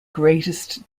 greatest